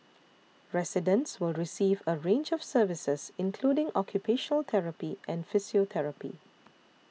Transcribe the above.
residents will receive a range of services including occupational therapy and physiotherapy